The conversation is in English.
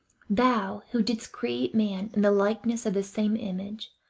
thou, who didst create man in the likeness of the same image,